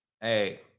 Hey